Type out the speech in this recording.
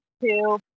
two